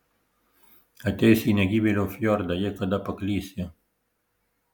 ateisi į negyvėlio fjordą jei kada paklysi